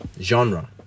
genre